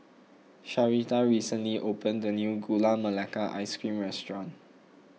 Sharita recently opened a new Gula Melaka Ice Cream restaurant